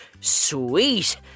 sweet